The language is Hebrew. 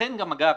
לכן גם, אגב,